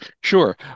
Sure